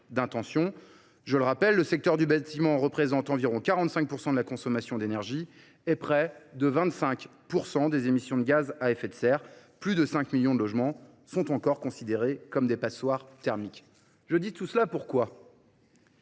Je le rappelle, le secteur du bâtiment représente environ 45 % de la consommation d’énergie et près de 25 % des émissions de gaz à effet de serre. Plus de 5 millions de logements sont encore considérés comme des passoires thermiques. Pourquoi